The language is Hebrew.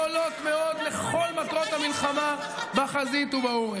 ויש בו תוספות גדולות מאוד לכל מטרות המלחמה בחזית ובעורף.